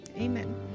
amen